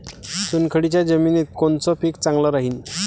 चुनखडीच्या जमिनीत कोनचं पीक चांगलं राहीन?